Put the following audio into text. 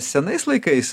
senais laikais